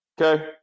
Okay